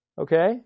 Okay